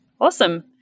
Awesome